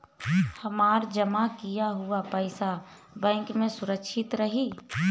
हमार जमा किया हुआ पईसा बैंक में सुरक्षित रहीं?